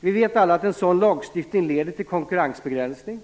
Vi vet alla att en sådan lagstiftning leder till konkurrensbegränsning.